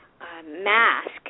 mask